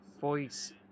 voice